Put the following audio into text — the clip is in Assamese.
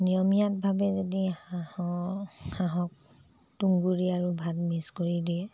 নিয়মীয়াভাৱে যদি হাঁহৰ হাঁহক তুঁহগুৰি আৰু ভাত মিক্স কৰি দিয়ে